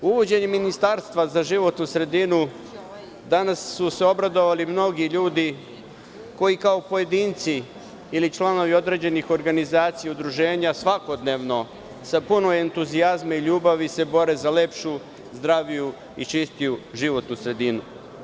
Uvođenjem ministarstva za životnu sredinu danas su se obradovali mnogi ljudi koji, kao pojedinci ili članovi određenih organizacija i udruženja, svakodnevno sa puno entuzijazma i ljubavi se bore za lepšu, zdraviju i čistiju životnu sredinu.